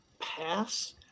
Pass